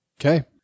Okay